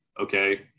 okay